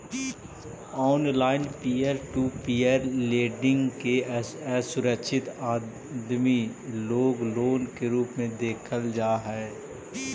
online peer to peer lending के असुरक्षित आदमी लोग लोन के रूप में देखल जा हई